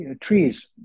trees